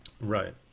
Right